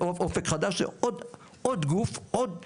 אופק חזק זה אופק חדש, עוד גוף, עוד חברה.